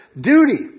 duty